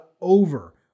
over